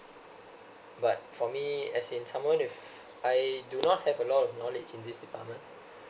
but for me as in someone to I do not have a lot of knowledge in this department